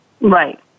Right